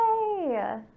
yay